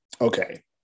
Okay